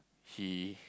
he